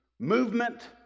movement